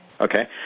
Okay